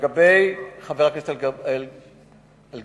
לגבי חבר הכנסת אגבאריה,